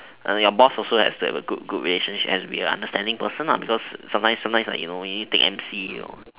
your boss also has to have a good good relationship and has to be an understanding person because sometimes sometimes like you know you need take M_C